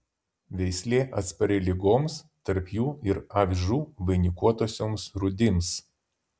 veislė atspari ligoms tarp jų ir avižų vainikuotosioms rūdims